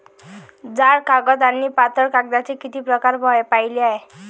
जाड कागद आणि पातळ कागदाचे किती प्रकार पाहिले आहेत?